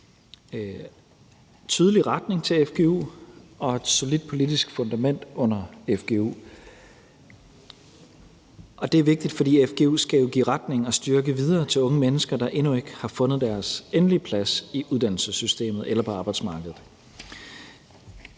en tydelig retning til fgu og et solidt politisk fundament under fgu. Og det er vigtigt, for fgu skal jo give retning og styrke videre til unge mennesker, der endnu ikke har fundet deres endelige plads i uddannelsessystemet eller på arbejdsmarkedet.